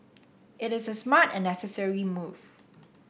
it is a smart and necessary move